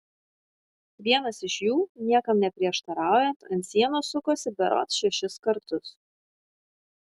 vienas iš jų niekam neprieštaraujant ant sienos sukosi berods šešis kartus